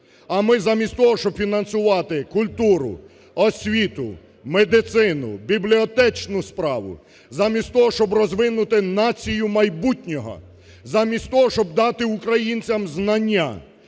А ми, замість того, щоб фінансувати культуру, освіту, медицину, бібліотечну справу, замість того, щоб розвинути націю майбутнього, замість того, щоб дати українцям знання,